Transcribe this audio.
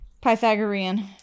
Pythagorean